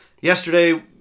yesterday